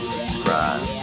Subscribe